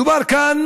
מדובר כאן